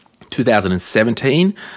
2017